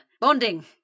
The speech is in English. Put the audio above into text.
Bonding